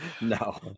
no